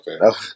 okay